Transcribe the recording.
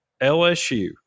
LSU